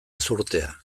ezurtea